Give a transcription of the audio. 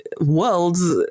world's